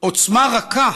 עוצמה רכה